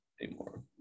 anymore